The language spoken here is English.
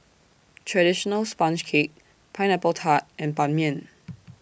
Traditional Sponge Cake Pineapple Tart and Ban Mian